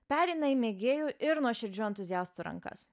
pereina į mėgėjų ir nuoširdžių entuziastų rankas